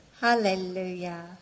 Hallelujah